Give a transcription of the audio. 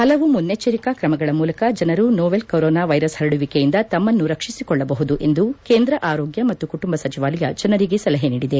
ಹಲವು ಮುನ್ನಚ್ಚರಿಕಾ ಕ್ರಮಗಳ ಮೂಲಕ ಜನರು ನೋವೆಲ್ ಕೊರೊನಾ ವೈರಸ್ ಹರಡುವಿಕೆಯಿಂದ ತಮ್ಮನ್ನು ರಕ್ಷಿಸಿಕೊಳ್ಳಬಹುದು ಎಂದು ಕೇಂದ್ರ ಆರೋಗ್ಯ ಮತ್ತು ಕುಟುಂಬ ಸಚಿವಾಲಯ ಜನರಿಗೆ ಸಲಹೆ ನೀಡಿದೆ